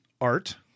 art